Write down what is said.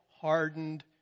hardened